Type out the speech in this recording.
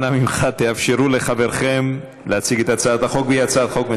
אנא ממך, תאפשרו לחברכם להציג את הצעת החוק.